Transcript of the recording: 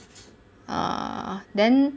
uh then